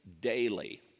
daily